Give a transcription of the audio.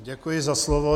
Děkuji za slovo.